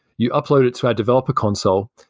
you upload it to our developer console,